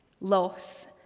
loss